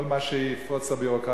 כל מה שיפרוץ את הביורוקרטיה,